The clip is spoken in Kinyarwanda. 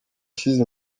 ashyize